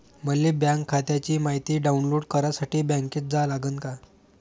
मले बँक खात्याची मायती डाऊनलोड करासाठी बँकेत जा लागन का?